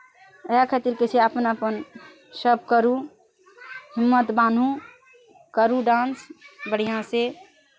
ओहि खातिर कहै छै अपन अपन सब करू हिम्मत बान्हू करू डान्स बढ़िऑं से